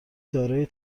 دارای